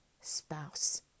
spouse